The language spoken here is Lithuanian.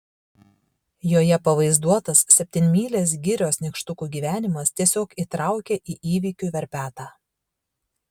joje pavaizduotas septynmylės girios nykštukų gyvenimas tiesiog įtraukė į įvykių verpetą